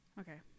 Okay